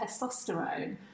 testosterone